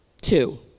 Two